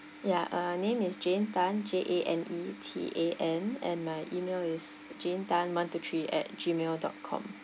ya uh name is jane tan J A N E T A N and my email is jane tan one two three at Gmail dot com